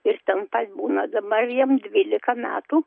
ir ten pat būna dabar jam dvylika metų